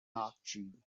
octree